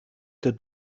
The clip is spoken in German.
der